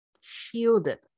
shielded